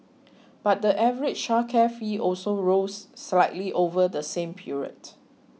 but the average childcare fee also rose slightly over the same period